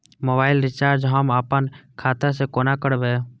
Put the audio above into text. Mobile recharge हम आपन खाता से कोना करबै?